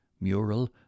Mural